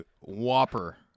whopper